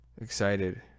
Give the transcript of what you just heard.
excited